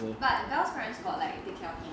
but dell parents got like take care of him